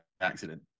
accident